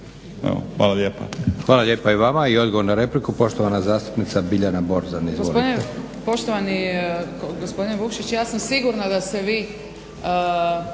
Hvala lijepa i vama. I odgovor na repliku poštovana zastupnica Biljana Borzan.